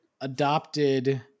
adopted